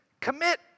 commit